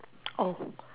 oh